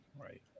Right